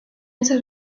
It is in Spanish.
esa